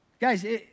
Guys